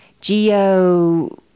Geo